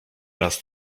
raz